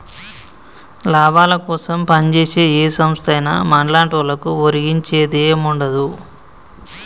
లాభాలకోసం పంజేసే ఏ సంస్థైనా మన్లాంటోళ్లకు ఒరిగించేదేముండదు